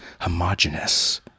homogeneous